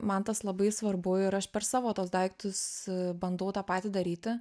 man tas labai svarbu ir aš per savo tuos daiktus bandau tą patį daryti